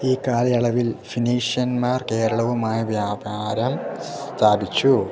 ഈ കാലയളവിൽ ഫിനീഷ്യന്മാർ കേരളവുമായി വ്യാപാരം സ്ഥാപിച്ചു